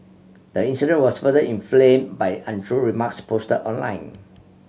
the incident was further inflamed by untrue remarks posted online